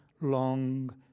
long